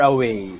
Away